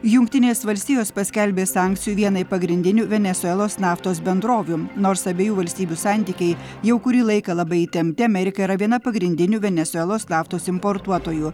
jungtinės valstijos paskelbė sankcijų vienai pagrindinių venesuelos naftos bendrovių nors abiejų valstybių santykiai jau kurį laiką labai įtempti amerika yra viena pagrindinių venesuelos naftos importuotojų